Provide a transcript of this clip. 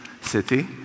city